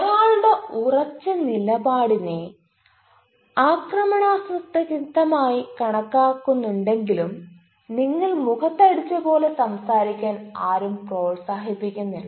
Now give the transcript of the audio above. ഒരാളുടെ ഉറച്ച നിലപാടിനെ ആക്രമണാത്മകതയായി കണക്കാക്കുന്നുണ്ടെങ്കിലും നിങ്ങൾ മുഖത്ത് അടിച്ചപോലെ സംസാരിക്കാൻ ആരും പ്രോത്സാഹിപ്പിക്കുന്നില്ല